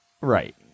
Right